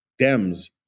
Dems